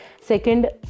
Second